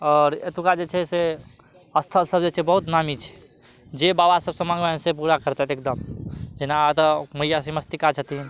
आओर एतुका जे छै से स्थल सब जे छै बहुत नामी छै जे बाबा सब सऽ माँगबनि से पूरा करतथि एकदम जेना अतऽ मैया सी छिन्नमस्तिका छथिन